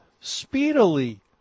speedily